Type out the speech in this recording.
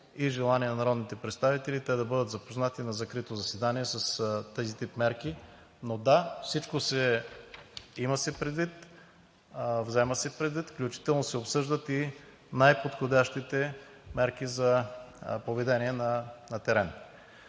и желание на народните представители те да бъдат запознати на закрито заседание с този тип мерки. Но, да, всичко се взема предвид, включително се обсъждат и най-подходящите мерки за поведение на терен.